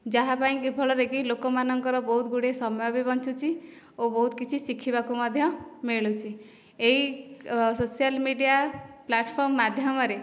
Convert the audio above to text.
ଯାହାପାଇଁ କି ଫଳରେ ବି ଲୋକମାନଙ୍କର ବହୁତ ଗୁଡ଼େ ସମୟ ବି ବଞ୍ଚୁଛି ଓ ବହୁତ କିଛି ଶିଖିବାକୁ ମଧ୍ୟ ମିଳୁଛି ଏହି ସୋସିଆଲ ମିଡ଼ିଆ ପ୍ଲାଟଫର୍ମ ମାଧ୍ୟମରେ